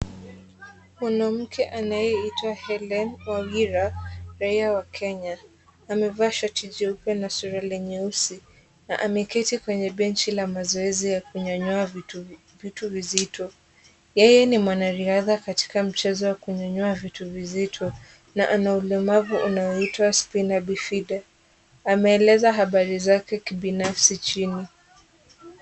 Mwanamke anayeitwa Hellen Wawira raia wa Kenya, amevaa shati jeupe na suruali nyeusi na ameketi kwenye benchi la mazoezi la kunyanyua vitu vizito. Yeye ni mwanariadha katika mchezo wa kunyanyua vitu vizito na ana ulemavu unaoitwa Spina Bifida . Ameeleza habari zake kibinafsi chini.